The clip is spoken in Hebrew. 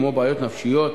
כמו בעיות נפשיות,